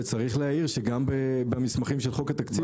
וצריך להעיר שגם במסמכים של חוק התקציב,